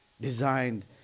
Designed